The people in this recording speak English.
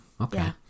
Okay